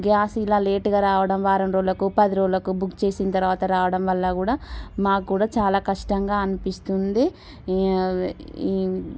gas ఇలా లేటుగా రావడం వారం రోజులకు పది రోజులకు బుక్ చేసిన తరవాత రావడం వల్ల కూడా మాకు కూడా చాలా కష్టంగా అనిపిస్తుంది